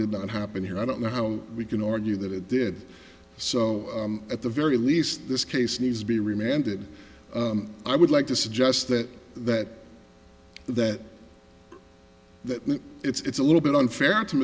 did not happen here i don't know how we can argue that it did so at the very least this case needs to be remanded i would like to suggest that that that that it's a little bit unfair to